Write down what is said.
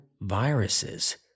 viruses